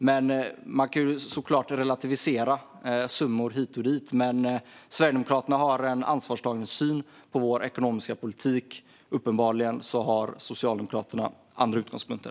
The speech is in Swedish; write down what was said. Man kan såklart relativisera summor hit och dit, men Sverigedemokraterna har en ansvarstagande syn på vår ekonomiska politik. Uppenbarligen har Socialdemokraterna andra utgångspunkter.